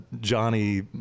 Johnny